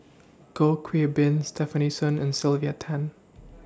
Goh Bin Stefanie Sun and Sylvia Tan